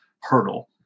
hurdle